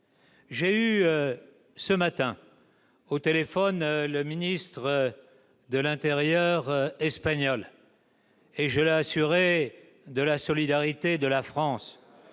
J'ai parlé ce matin au téléphone avec le ministre de l'intérieur espagnol et je l'ai assuré de la solidarité de la France.